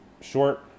short